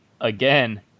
again